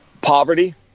Poverty